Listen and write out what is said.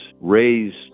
raised